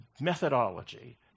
methodology